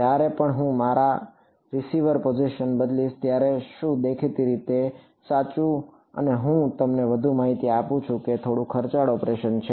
જ્યારે પણ હું મારી રીસીવર પોઝિશન બદલીશ ત્યારે શું થશે દેખીતી રીતે સાચું અને હું તમને વધુ માહિતી આપું છું કે તે થોડું ખર્ચાળ ઓપરેશન છે